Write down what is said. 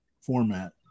format